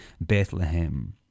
Bethlehem